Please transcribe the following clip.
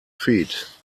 feet